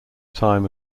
time